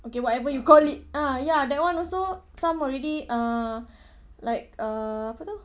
okay whatever you call it ah ya that [one] also some already uh like uh apa itu